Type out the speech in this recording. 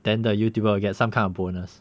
then the youtuber will get some kind of bonus